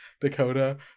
Dakota